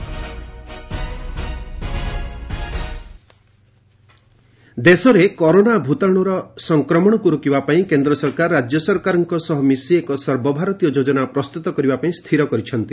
PMO corona ଦେଶରେ corona ଭ୍ରତାଣୁର ସଂକ୍ରମଣକୁ ରୋକିବା ପାଇଁ କେନ୍ଦ୍ର ସରକାର ରାଜ୍ୟ ସରକାରଙ୍କ ସହ ମିଶି ଏକ ସର୍ବଭାରତୀୟ ଯୋଜନା ପ୍ରସ୍ତୁତ କରିବା ପାଇଁ ସ୍ଥିର କରିଛନ୍ତି